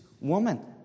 woman